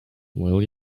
will